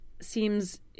seems